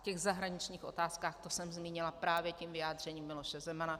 V těch zahraničních otázkách jsem zmínila právě tím vyjádřením Miloše Zemana.